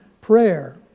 prayer